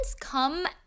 come